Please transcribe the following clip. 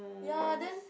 ya then